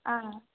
ಹಾಂ